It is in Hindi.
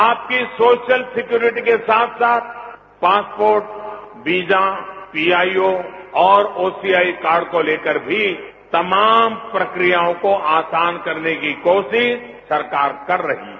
आपकी सोशल सिक्युरिटी के साथ साथ पासपोर्ट वीजा पीआईओ और ओसीआई कार्ड को लेकर भी तमाम प्रक्रियाओं को आसान करने की कोशिश सरकार कर रही है